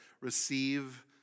receive